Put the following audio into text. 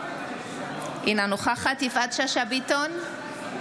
אינה נוכחת יפעת שאשא ביטון,